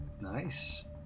Nice